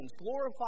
Glorify